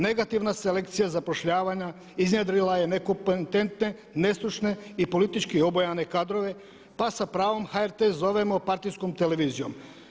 Negativna selekcija zapošljavanja iznjedrila je nekompetentne, nestručne i politički obojane kadrove pa s pravom HRT zovemo partijskom televizijom.